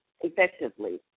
effectively